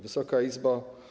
Wysoka Izbo!